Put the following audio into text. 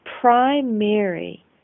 primary